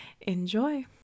enjoy